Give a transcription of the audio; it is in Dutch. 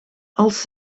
als